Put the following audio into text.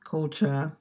Culture